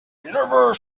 never